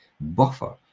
buffer